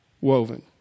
woven